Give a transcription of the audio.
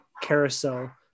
carousel